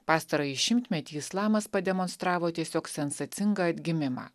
pastarąjį šimtmetį islamas pademonstravo tiesiog sensacingą atgimimą